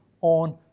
on